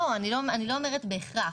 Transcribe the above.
אני לא אומרת בהכרח,